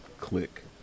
click